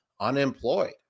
unemployed